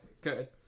Good